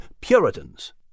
Puritans